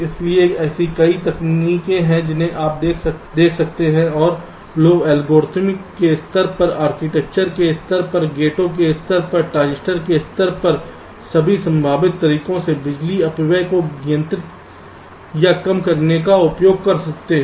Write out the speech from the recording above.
इसलिए ऐसी कई तकनीकें हैं जिन्हें आप देख सकते हैं कि लोग एल्गोरिथ्मिक के स्तर पर आर्किटेक्चर के स्तर पर गेटो के स्तर पर ट्रांजिस्टर के स्तर पर सभी संभावित तरीकों से बिजली अपव्यय को नियंत्रित या कम करने के लिए उपयोग करते हैं